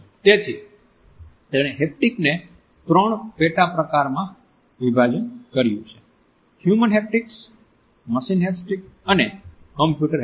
તેથી તેણે હેપ્ટિકને ત્રણ પેટા પ્રકારમાં વિભાજન કર્યું છે હ્યુમન હેપ્ટિક્સ મશીન હેપ્ટિક્સ અને કમ્પ્યુટર હેપ્ટિક્સ